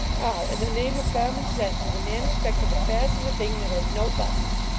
in the name of common sense is a man expected to fasten a thing that has no but tons?